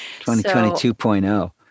2022.0